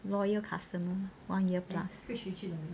loyal customer one year plus